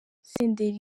senderi